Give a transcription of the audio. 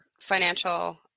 financial